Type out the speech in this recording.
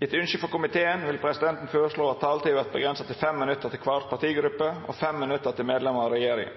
Etter ønske frå justiskomiteen vil presidenten føreslå at taletida vert avgrensa til 5 minutt til kvar partigruppe og 5 minutt til medlemer av regjeringa.